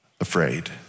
afraid